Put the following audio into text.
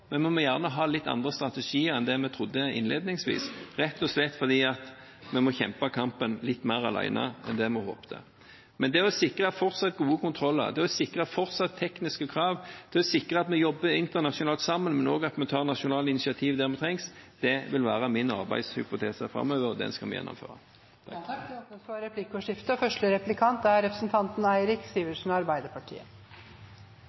men vi må ha litt andre strategier enn det vi trodde innledningsvis, rett og slett fordi vi må kjempe kampen litt mer alene enn det vi håpte. Men det å sikre fortsatt gode kontroller, det å sikre fortsatt tekniske krav for å sikre at vi jobber internasjonalt sammen, men også at vi tar internasjonale initiativ der det trengs, vil være min arbeidshypotese framover, og den skal vi gjennomføre. Det blir replikkordskifte. For en gangs skyld er